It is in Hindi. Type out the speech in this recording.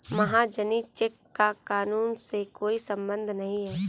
महाजनी चेक का कानून से कोई संबंध नहीं है